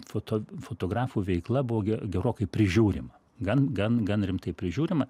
foto fotografų veikla buvo ge gerokai prižiūrima gan gan gan rimtai prižiūrima